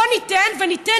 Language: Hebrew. אני עוסקת